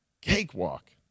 Cakewalk